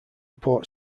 port